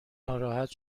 ناراحت